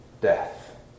death